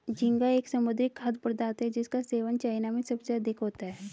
झींगा एक समुद्री खाद्य पदार्थ है जिसका सेवन चाइना में सबसे अधिक होता है